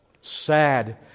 sad